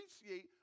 appreciate